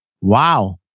wow